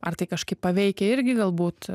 ar tai kažkaip paveikia irgi galbūt